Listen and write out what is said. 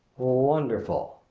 wonderful!